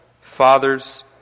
Fathers